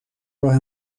راه